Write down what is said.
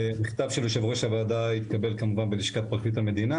המכתב של יושב ראש הוועדה התקבל כמובן בלשכת פרקליט המדינה